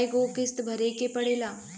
कय गो किस्त भरे के पड़ेला?